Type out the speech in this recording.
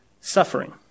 Suffering